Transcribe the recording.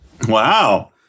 Wow